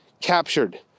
captured